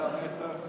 היה מתח.